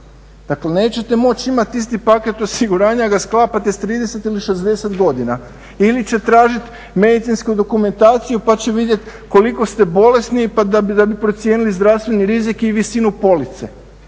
dakle nećete moći imati isti paket osiguranja da sklapate s 30 ili 60 godina ili će tražiti medicinsku dokumentaciju pa će vidjet koliko ste bolesni pa da bi procijenili zdravstveni rizik i visinu police.